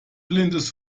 blindes